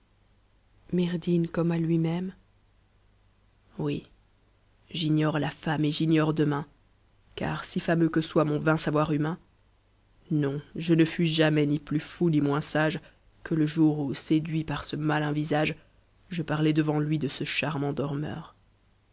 w oui j'ignore la femme et j'ignore demain car si fameux que soit mon vain savoir humain non je ne fus jamais ni plus fou ni moins sape que le jour où séduit par ce malin visage je parlais devant lui de ce charme endormeur